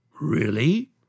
Really